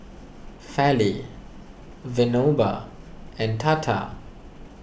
Fali Vinoba and Tata